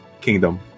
kingdom